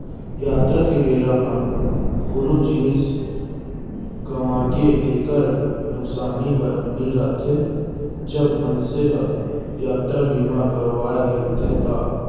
यातरा के बेरा म कोनो जिनिस गँवागे तेकर नुकसानी हर मिल जाथे, जब मनसे ह यातरा बीमा करवाय रहिथे ता